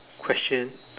question